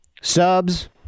Subs